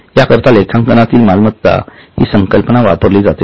या करिता लेखांकनातील मालमत्ता हि संकल्पना वापरली जाते